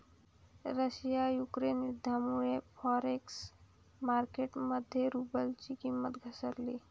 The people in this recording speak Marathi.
रशिया युक्रेन युद्धामुळे फॉरेक्स मार्केट मध्ये रुबलची किंमत घसरली